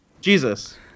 Jesus